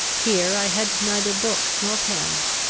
here i had neither books nor pens,